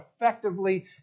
effectively